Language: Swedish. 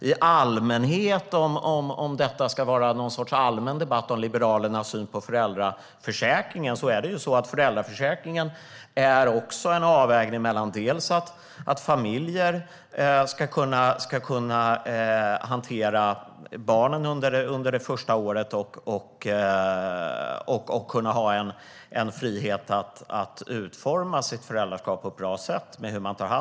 Om det här ska vara något slags allmän debatt om Liberalernas syn på föräldraförsäkringen kan jag säga att det är fråga om en avvägning mellan att familjer ska kunna hantera barnen under det första året och att ha en frihet att utforma sitt föräldraskap på ett bra sätt.